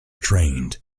trained